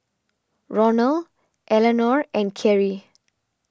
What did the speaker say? Ronald Eleanore and Kerrie